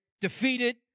defeated